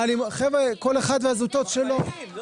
אני